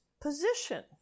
position